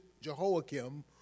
Jehoiakim